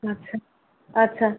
আচ্ছা আচ্ছা